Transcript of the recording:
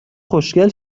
خوشگل